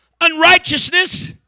unrighteousness